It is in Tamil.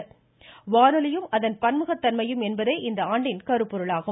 வானொலியும் பன்முகத்தன்மையும் அதன் என்பதே இந்த ஆண்டின் கருப்பொருளாகும்